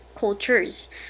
cultures